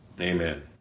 Amen